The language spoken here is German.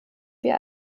wir